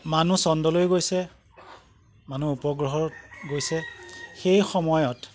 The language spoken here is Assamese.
মানুহ চন্দ্ৰলৈ গৈছে মানুহ উপগ্ৰহ গৈছে সেই সময়ত